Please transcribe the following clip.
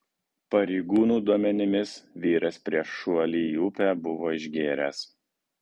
pareigūnų duomenimis vyras prieš šuolį į upę buvo išgėręs